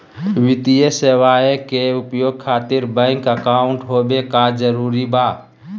वित्तीय सेवाएं के उपयोग खातिर बैंक अकाउंट होबे का जरूरी बा?